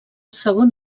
segon